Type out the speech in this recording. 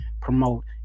promote